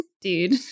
dude